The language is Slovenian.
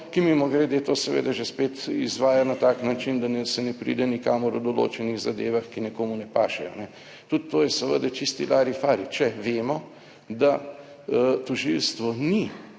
ki, mimogrede, to seveda že spet izvaja na tak način, da se ne pride nikamor v določenih zadevah, ki nekomu ne pašejo. Tudi to je seveda čisti lari fari, če vemo, da tožilstvo ni